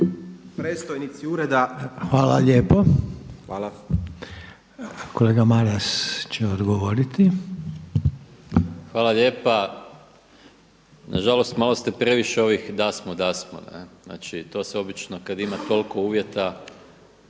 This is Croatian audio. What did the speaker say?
Željko (HDZ)** Hvala. Kolega Maras će odgovoriti. **Maras, Gordan (SDP)** Hvala lijepa. Na žalost malo ste previše ovih da smo, da smo. Znači to se obično kad ima toliko uvjeta